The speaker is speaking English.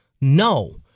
No